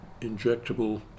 injectable